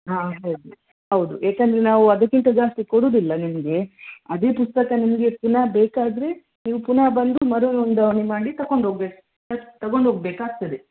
ಹಾಂ ಹೌದು ಹೌದು ಏಕಂದರೆ ನಾವು ಅದಕ್ಕಿಂತ ಜಾಸ್ತಿ ಕೊಡುದಿಲ್ಲ ನಿಮಗೆ ಅದೇ ಪುಸ್ತಕ ನಿಮಗೆ ಪುನಃ ಬೇಕಾದರೆ ನೀವು ಪುನಃ ಬಂದು ಮರು ನೊಂದಣಿ ಮಾಡಿ ತಕೊಂಡು ಹೋಗ್ಬೇಕ್ ತಗೊಂಡು ಹೋಗ್ಬೇಕಾಗ್ತದೆ